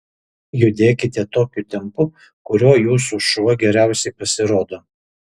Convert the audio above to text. judėkite tokiu tempu kuriuo jūsų šuo geriausiai pasirodo